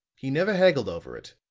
he never haggled over it.